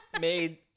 Made